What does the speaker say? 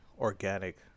organic